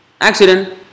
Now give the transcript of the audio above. Accident